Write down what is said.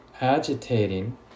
agitating